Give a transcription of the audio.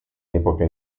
epoca